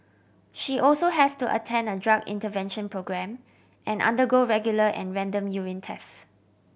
she also has to attend a drug intervention programme and undergo regular and random urine tests